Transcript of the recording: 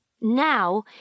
Now